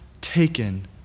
taken